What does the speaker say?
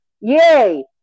Yay